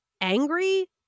angry